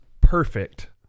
perfect